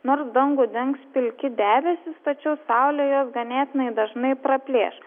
nors dangų dengs pilki debesys tačiau saulė juos ganėtinai dažnai praplėš